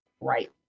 right